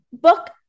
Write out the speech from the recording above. book